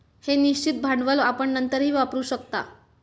हे निश्चित भांडवल आपण नंतरही वापरू शकता